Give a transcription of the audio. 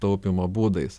taupymo būdais